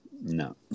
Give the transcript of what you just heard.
No